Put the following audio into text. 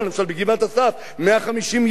בגבעת-אסף 150 ילד,